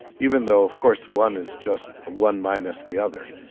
even though of course one is just one minus the other,